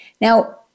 Now